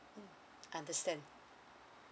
mm understand